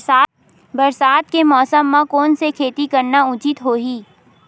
बरसात के मौसम म कोन से खेती करना उचित होही?